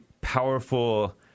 powerful